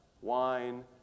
wine